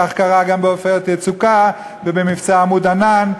כך קרה גם ב"עופרת יצוקה" ובמבצע "עמוד ענן".